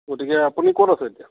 গতিকে আপুনি ক'ত আছে এতিয়া